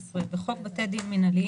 18 58. בחוק בתי דין מינהליים,